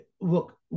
Look